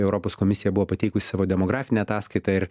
europos komisija buvo pateikus savo demografinę ataskaitą ir